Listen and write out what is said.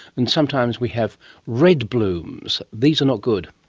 and sometimes we have red blooms. these are not good.